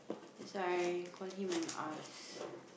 is like call him and ask